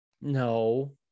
No